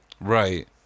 Right